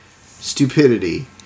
stupidity